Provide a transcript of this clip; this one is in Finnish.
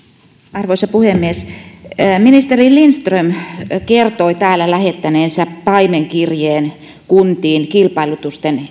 arvoisa puhemies ministeri lindström kertoi täällä lähettäneensä paimenkirjeen kuntiin kilpailutusten